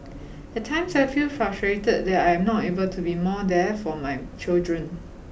at times I feel frustrated that I am not able to be more there for my children